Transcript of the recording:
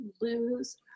lose